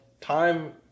time